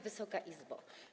Wysoka Izbo!